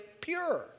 pure